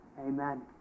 Amen